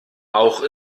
auch